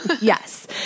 Yes